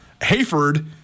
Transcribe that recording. Hayford